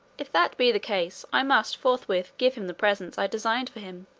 if that be the case, i must forthwith give him the presents i designed for him,